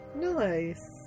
Nice